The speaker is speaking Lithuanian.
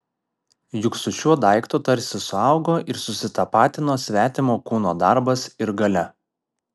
juk su šiuo daiktu tarsi suaugo ir susitapatino svetimo kūno darbas ir galia